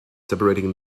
separating